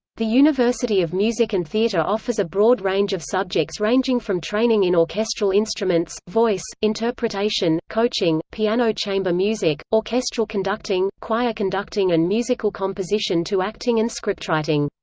the university of music and theatre offers a broad range of subjects ranging from training in orchestral instruments, voice, interpretation, coaching, piano chamber music, orchestral conducting, choir conducting and musical composition to acting and scriptwriting.